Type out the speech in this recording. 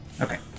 Okay